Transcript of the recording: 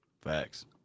facts